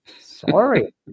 Sorry